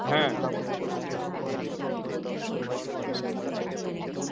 হ্যাঁ আচ্ছা